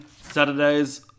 Saturdays